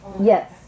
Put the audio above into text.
Yes